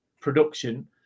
production